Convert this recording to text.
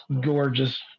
gorgeous